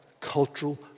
cultural